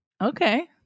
okay